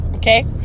Okay